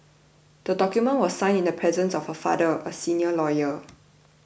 the document was signed in the presence of her father a senior lawyer